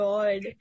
God